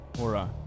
Aura